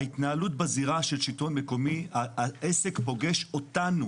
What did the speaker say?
ההתנהלות בזירה של שלטון מקומי, העסק פוגש אותנו.